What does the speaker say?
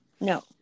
no